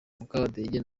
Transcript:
mukabadege